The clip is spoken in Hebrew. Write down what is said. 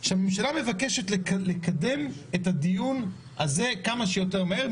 כשהממשלה מבקשת לקדם את הדיון הזה כמה שיותר מהר,